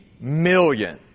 million